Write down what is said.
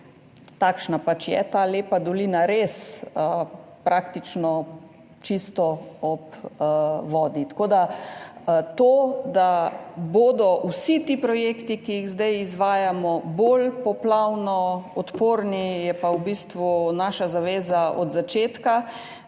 takšna je pač ta lepa dolina, res praktično čisto ob vodi. Da bodo vsi ti projekti, ki jih zdaj izvajamo, bolj poplavno odporni, je pa v bistvu naša zaveza od začetka